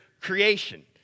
creation